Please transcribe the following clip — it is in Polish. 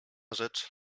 rzecz